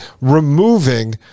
removing